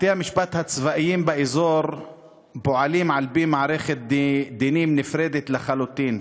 בתי-המשפט הצבאיים באזור פועלים על-פי מערכת דינים נפרדת לחלוטין,